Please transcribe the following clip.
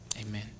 Amen